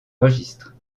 registres